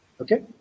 okay